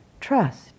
Trust